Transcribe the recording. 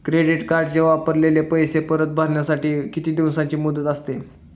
Credit कार्डचे वापरलेले पैसे परत भरण्यासाठी किती दिवसांची मुदत असते?